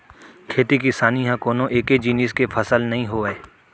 खेती किसानी ह कोनो एके जिनिस के फसल नइ होवय